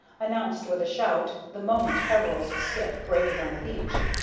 announced with a shout the moment peveril's skiff grated on the beach.